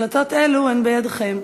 החלטות אלו הן בידיכם,